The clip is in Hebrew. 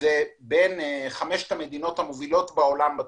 זה בין חמשת המדינות המובילות בעולם בתחום.